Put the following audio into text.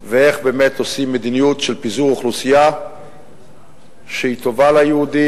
ואיך באמת עושים מדיניות של פיזור אוכלוסייה שהיא טובה ליהודים,